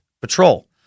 Patrol